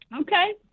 Okay